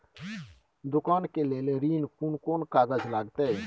दुकान के लेल ऋण कोन कौन कागज लगतै?